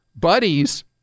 buddies